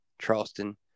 Charleston